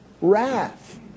wrath